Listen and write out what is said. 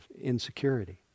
insecurity